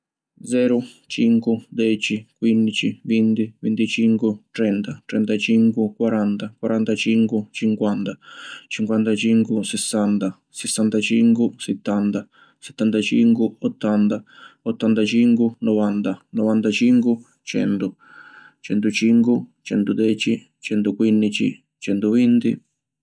Zeru, Cincu, Deci, Quinnici, Vinti, Vinticincu, Trenta, Trentacincu, Quaranta, Quarantacincu, Cinquanta, Cinquantacincu, Sissanta, Sissantacincu, Sittanta, Sittantacincu, Ottanta, Ottantacincu, Novanta, Novantacincu, Centu, Centucincu, Centudeci, Centuquinnici, Centuvinti…